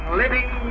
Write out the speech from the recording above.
living